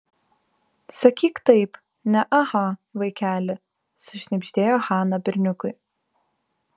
sakyk taip ne aha vaikeli sušnibždėjo hana berniukui